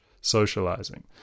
socializing